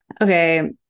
okay